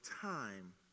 time